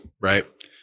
right